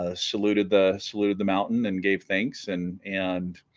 ah saluted the saluted the mountain and gave thanks and and